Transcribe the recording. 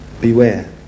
Beware